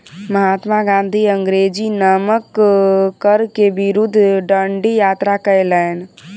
महात्मा गाँधी अंग्रेजी नमक कर के विरुद्ध डंडी यात्रा कयलैन